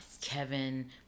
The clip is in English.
Kevin